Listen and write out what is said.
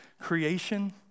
creation